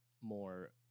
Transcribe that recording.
more